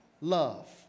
love